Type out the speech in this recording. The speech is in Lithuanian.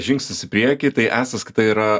žingsnis į priekį tai e sąskaita tai yra